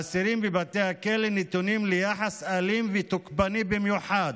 האסירים בבתי הכלא נתונים ליחס אלים ותוקפני במיוחד.